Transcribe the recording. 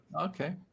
Okay